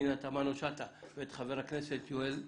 פנינה תמנו שאטה ואת חבר הכנסת יואל חסון,